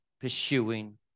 pursuing